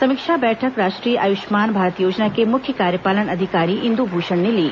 समीक्षा बैठक राष्ट्रीय आयुष्मान भारत योजना के मुख्य कार्यपालन अधिकारी इंदु भूषण ने ली